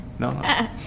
No